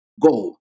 go